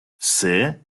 все